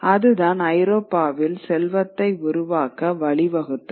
அதுதான் ஐரோப்பாவில் செல்வத்தை உருவாக்க வழிவகுத்தது